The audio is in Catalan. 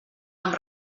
amb